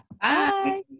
Bye